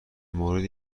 مورد